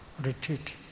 retreat